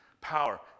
power